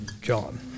john